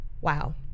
wow